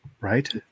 right